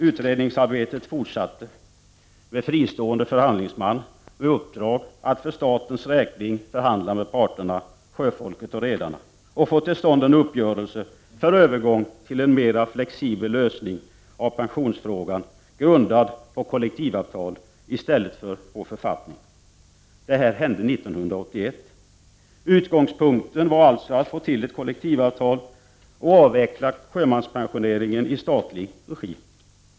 Utredningsarbetet fortsatte med fristående förhandlingsman, med uppdrag att för statens räkning förhandla med parterna — sjöfolket och redarna — och få till stånd en uppgörelse för övergång till en mera flexibel lösning av pensionsfrågan, grundad på kollektivavtal i stället för på författning. Detta hände 1981. Utgångspunkten var alltså att man skulle få till stånd ett kollektivavtal och avveckla sjömanspensioneringen i statlig regi.